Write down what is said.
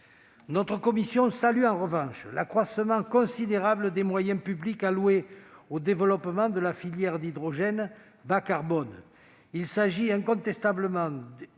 Notre commission salue en revanche l'accroissement considérable des moyens publics alloués au développement de la filière de l'hydrogène bas-carbone.